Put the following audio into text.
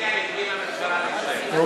האופוזיציה הקימה ממשלה בישראל.